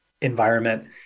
environment